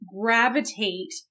gravitate